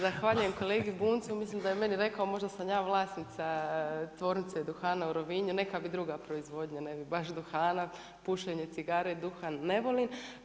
Zahvaljujem kolegi Bunjcu, umjesto da je meni rekao možda sam ja vlasnica Tvornice Duhana u Rovinju, neka bi druga proizvodnja, ne bih baš duhana, pušenje cigare i duhan ne volim.